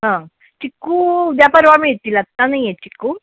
हां चिक्कू उद्या परवा मिळतील आता नाही आहेत चिक्कू